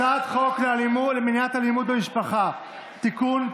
הצעת חוק למניעת אלימות במשפחה (תיקון,